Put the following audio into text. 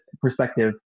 perspective